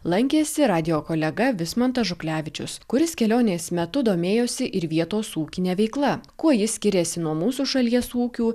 lankėsi radijo kolega vismantas žuklevičius kuris kelionės metu domėjosi ir vietos ūkine veikla kuo ji skiriasi nuo mūsų šalies ūkių